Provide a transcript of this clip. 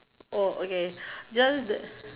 oh okay this one the